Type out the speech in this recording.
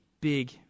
big